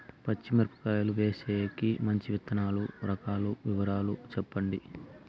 పచ్చి మిరపకాయలు వేసేకి మంచి విత్తనాలు రకాల వివరాలు చెప్పండి?